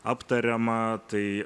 aptariama tai